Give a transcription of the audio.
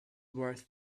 worth